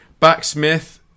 Backsmith